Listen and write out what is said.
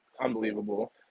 unbelievable